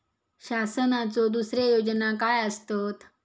शासनाचो दुसरे योजना काय आसतत?